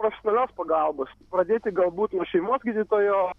profesionalios pagalbos pradėti galbūt nuo šeimos gydytojo